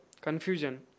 confusion